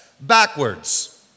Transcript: backwards